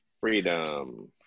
Freedom